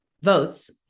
votes